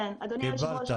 אדוני היושב-ראש,